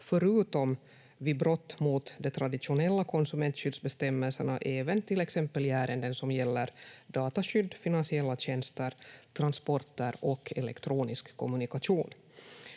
förutom vid brott mot de traditionella konsumentskyddsbestämmelserna även till exempel i ärenden som gäller dataskydd, finansiella tjänster, transporter och elektronisk kommunikation.